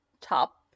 top